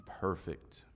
perfect